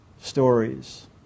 stories